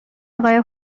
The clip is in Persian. آقای